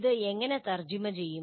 ഇത് എങ്ങനെ തർജ്ജമ ചെയ്യും